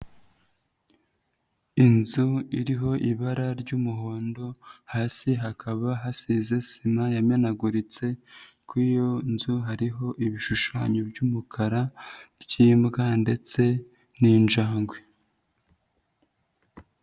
Inzu iriho ibara ry'umuhondo hasi hakaba hasize sima yamenaguritse, kuri iyo nzu hariho ibishushanyo by'umukara by'imbwa ndetse n'injangwe.